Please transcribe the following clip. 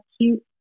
cute